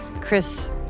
Chris